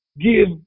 give